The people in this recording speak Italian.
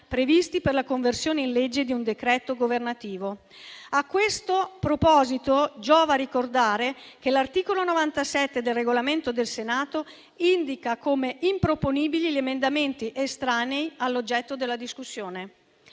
previsti per la conversione in legge di un decreto governativo. A questo proposito giova ricordare che l'articolo 97 del Regolamento del Senato indica come improponibili gli emendamenti estranei all'oggetto della discussione.